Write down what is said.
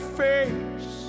face